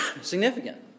significant